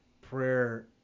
prayer